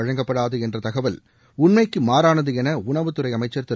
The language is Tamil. வழங்கப்படாது என்ற தகவல் உண்மைக்கு மாறானது என உணவுத்துறை அமைச்சர் திரு